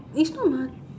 it's not mah